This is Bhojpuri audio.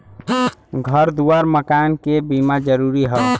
घर दुआर मकान के बीमा जरूरी हौ